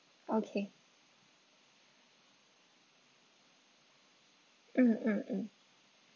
okay mm mm mm